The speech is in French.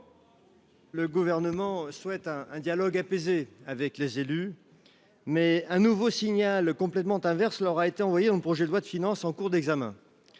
Le Gouvernement souhaite un dialogue apaisé avec les élus, mais un nouveau signal complètement inverse leur a été envoyé dans le projet de loi de finances en cours d'examen.